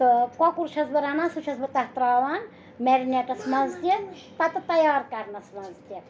تہٕ کۄکُر چھَس بہٕ رَنان سُہ چھَس بہٕ تَتھ ترٛاوان مٮ۪رِنیٹَس منٛز تہِ پَتہٕ تیار کَرنَس منٛز تہِ